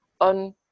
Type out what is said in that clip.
on